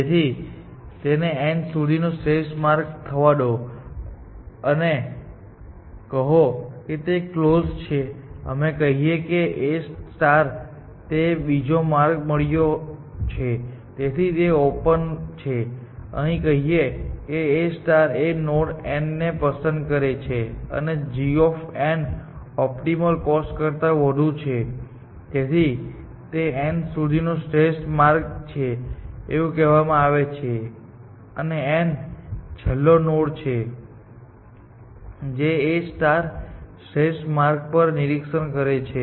તેથી તેને n સુધી નો શ્રેષ્ઠ માર્ગ થવા દો અને કહો કે તે કલોઝ છે અને કહીએ કે A ને બીજો માર્ગ મળ્યો છે તેથી તે ઓપન છે અને કહીએ કે A એ નોડ n ને પસંદ કરે છે અને g ઓપ્ટિમલ કોસ્ટ કરતા વધુ છે તેથી તે n સુધી નો શ્રેષ્ઠ માર્ગ છે એવું કહેવામાં આવે છે કે n1 એ છેલ્લો નોડ છે જેને A શ્રેષ્ઠ માર્ગ પર પરીક્ષણ કરે છે